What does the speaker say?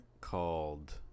Called